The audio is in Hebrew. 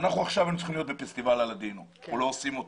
אנחנו עכשיו היינו צריכים להיות בפסטיבל הלדינו אבל לא עושים אותו.